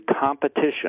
competition